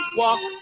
walk